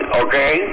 okay